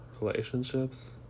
relationships